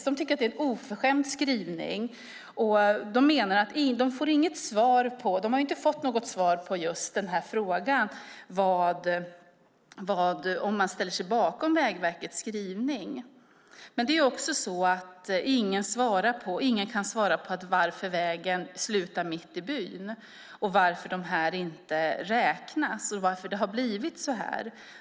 De tycker att det är en oförskämd skrivning, och de menar att de inte har fått något svar på frågan om man ställer sig bakom Vägverkets skrivning. Ingen kan svara på varför vägen slutar mitt i byn, varför dessa människor inte räknas och varför det har blivit så här.